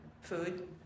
Food